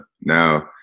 now